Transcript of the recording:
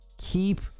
keep